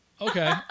okay